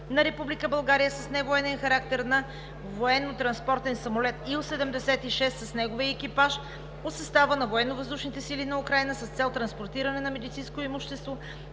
на Република България с невоенен характер на военно-транспортен самолет ИЛ-76 с неговия екипаж от състава на Военновъздушните сили на Украйна с цел транспортиране на медицинско имущество